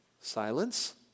silence